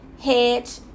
Hedge